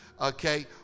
Okay